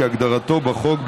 כהגדרתו בחוק,